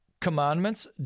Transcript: commandments